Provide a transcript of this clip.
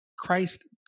Christ